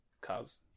cause